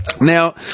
Now